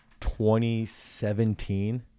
2017